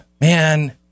Man